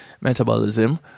metabolism